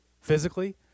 physically